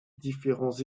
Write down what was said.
différents